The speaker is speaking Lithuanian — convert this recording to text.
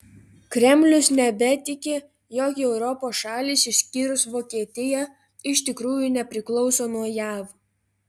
kremlius nebetiki jog europos šalys išskyrus vokietiją iš tikrųjų nepriklauso nuo jav